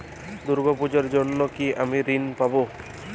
দুর্গা পুজোর জন্য কি আমি ঋণ পাবো?